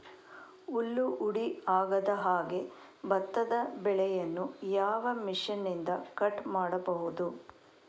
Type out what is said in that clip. ಹುಲ್ಲು ಹುಡಿ ಆಗದಹಾಗೆ ಭತ್ತದ ಬೆಳೆಯನ್ನು ಯಾವ ಮಿಷನ್ನಿಂದ ಕಟ್ ಮಾಡಬಹುದು?